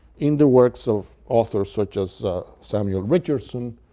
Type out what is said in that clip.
in the works of authors such as samuel richardson,